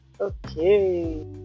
Okay